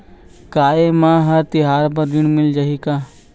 का ये मा हर तिहार बर ऋण मिल जाही का?